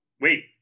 wait